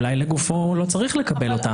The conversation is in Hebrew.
אולי לגופו הוא לא צריך לקבל אותן,